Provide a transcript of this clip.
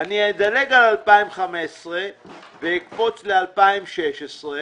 אני אדלג על 2015 ואקפוץ ל-2016.